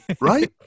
Right